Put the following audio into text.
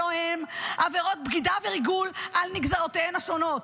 הלוא הן עבירות בגידה וריגול על נגזרותיהן השונות.